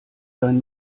dein